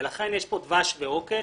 ולכן יש פה דבש ועוקץ,